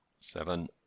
seven